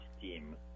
team